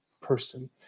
person